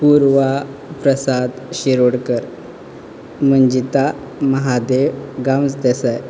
Purva Prasad Shirodkar Manjita Mahadev Gawas Desai